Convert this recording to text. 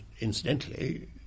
incidentally